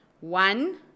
One